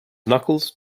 knuckles